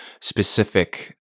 specific